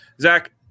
Zach